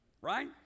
Right